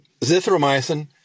zithromycin